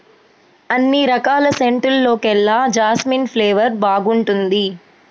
అన్ని రకాల సెంటుల్లోకెల్లా జాస్మిన్ ఫ్లేవర్ బాగుంటుంది